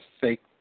fake